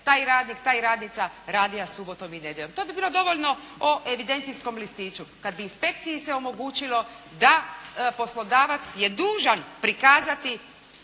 taj radnik, ta radnica radio subotom i nedjeljom. To bi bilo dovoljno o evidencijskom listiću, kad bi inspekciji se omogućilo da poslodavac je dužan prikazati